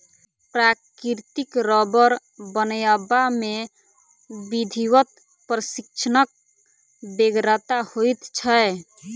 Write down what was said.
प्राकृतिक रबर बनयबा मे विधिवत प्रशिक्षणक बेगरता होइत छै